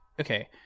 okay